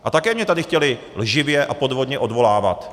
A také mě tady chtěli lživě a podvodně odvolávat.